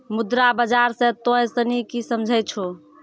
मुद्रा बाजार से तोंय सनि की समझै छौं?